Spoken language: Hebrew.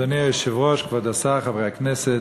אדוני היושב-ראש, כבוד השר, חברי הכנסת,